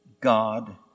God